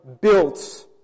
built